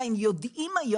ייעוץ משפטי לממשלה, שלום.